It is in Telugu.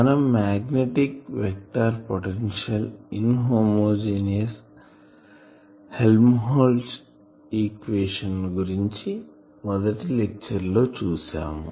మనం magnetic vector potential in homogeneous Helmholtz equation ని గురించి మొదటి లెక్చర్ లో చూసాము